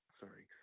sorry